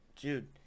dude